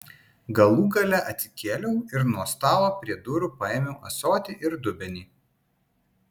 galų gale atsikėliau ir nuo stalo prie durų paėmiau ąsotį ir dubenį